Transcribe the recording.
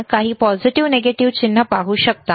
आपण काही सकारात्मक नकारात्मक चिन्ह पाहू शकता